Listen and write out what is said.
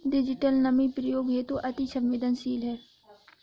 digital money उपयोग हेतु अति सवेंदनशील है